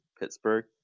Pittsburgh